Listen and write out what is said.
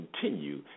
continue